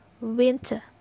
Winter